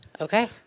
Okay